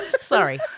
Sorry